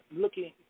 looking